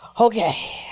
okay